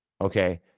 Okay